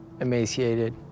emaciated